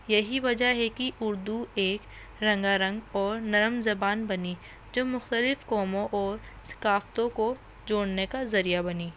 یہی وجہ ہے کہ اردو ایک رنگ رنگ اور نرم زبان بنی جو مختلف قوموں اور ثقافتوں کو جوڑنے کا ذریعہ بنی